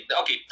okay